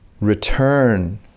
return